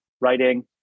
writing